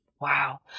Wow